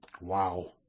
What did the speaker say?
Wow